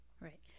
Right